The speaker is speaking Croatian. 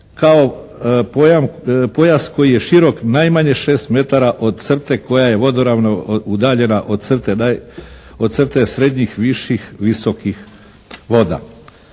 kao pojas koji je širok najmanje 6 metara od crte koja je vodoravno udaljena od crte srednjih, viših, visokih voda.